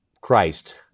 Christ